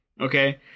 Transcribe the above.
okay